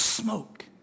smoke